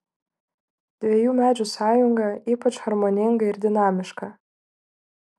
dviejų medžių sąjunga ypač harmoninga ir dinamiška